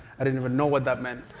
i didn't even know what that meant.